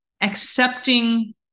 accepting